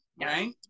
right